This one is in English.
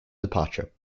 departure